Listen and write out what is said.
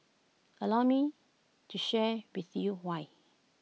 allow me to share with you why